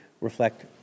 reflect